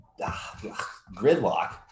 gridlock